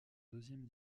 deuxième